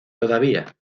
todavía